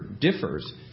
differs